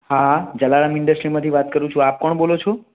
હા જલારામ ઇન્ડસ્ટ્રીમાંથી વાત કરું છું આપ કોણ બોલો છો